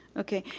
okay,